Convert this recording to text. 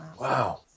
Wow